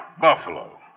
Buffalo